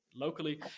locally